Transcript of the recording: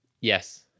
Yes